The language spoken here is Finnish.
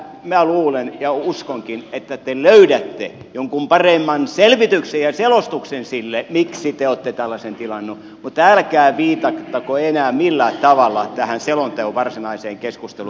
minä luulen ja uskonkin että te löydätte jonkun paremman selvityksen ja selostuksen sille miksi te olette tällaisen tilannut mutta älkää viitatko enää millään tavalla tähän selonteon varsinaiseen keskusteluun